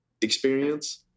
experience